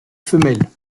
femelle